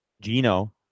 Gino